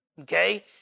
Okay